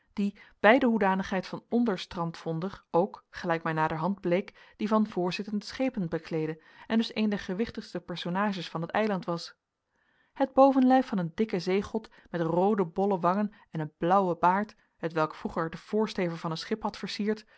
die bij de hoedanigheid van onderstrandvonder ook gelijk mij naderhand bleek die van voorzittend schepen bekleedde en dus een der gewichtigste personages van het eiland was het bovenlijf van een dikken zeegod met roode bolle wangen en een blauwen baard hetwelk vroeger den voorsteven van een schip had versierd